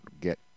get